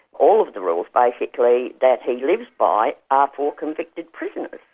all of the rules basically that he lives by are for convicted prisoners.